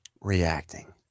Reacting